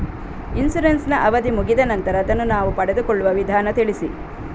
Insurance ನ ಅವಧಿ ಮುಗಿದ ನಂತರ ಅದನ್ನು ನಾವು ಪಡೆದುಕೊಳ್ಳುವ ವಿಧಾನ ತಿಳಿಸಿ?